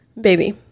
baby